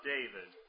David